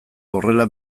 horrela